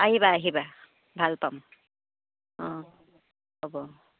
আহিবা আহিবা ভাল পাম অ' হ'ব